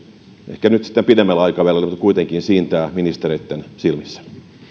ehkä nyt sitten pidemmällä aikavälillä mutta kuitenkin siintää ministereitten silmissä